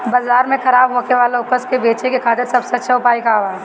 बाजार में खराब होखे वाला उपज को बेचे के खातिर सबसे अच्छा उपाय का बा?